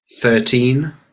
Thirteen